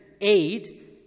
aid